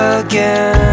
again